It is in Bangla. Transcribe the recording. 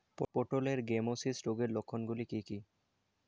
পটলের গ্যামোসিস রোগের লক্ষণগুলি কী কী?